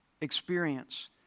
experience